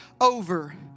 over